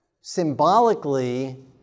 symbolically